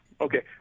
Okay